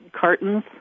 cartons